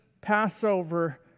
Passover